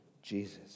Jesus